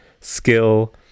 skill